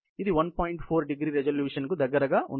4º రిజల్యూషన్కు దగ్గరగా ఉంటుంది